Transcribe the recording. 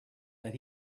that